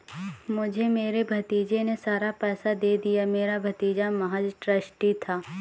मुझे मेरे भतीजे ने सारा पैसा दे दिया, मेरा भतीजा महज़ ट्रस्टी था